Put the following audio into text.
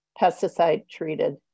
pesticide-treated